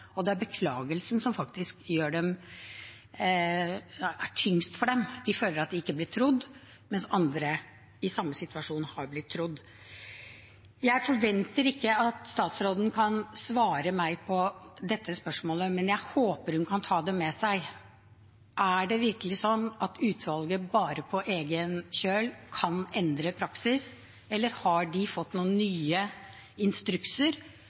Og det er beklagelsen som veier tyngst for dem. De føler at de ikke blir trodd, mens andre i samme situasjon har blitt trodd. Jeg forventer ikke at statsråden kan svare meg på dette spørsmålet, men jeg håper hun kan ta det med seg. Er det virkelig slik at utvalget bare kan endre praksis på egen kjøl, eller har de fått noen nye instrukser